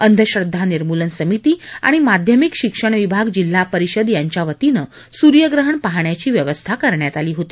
अंधश्रद्वा निर्मूलन समिती आणि माध्यमिक शिक्षण विभाग जिल्हा परिषद यांच्यावतीनं सूर्यग्रहण पाहण्याची व्यवस्था करण्यात आली होती